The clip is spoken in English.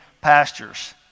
pastures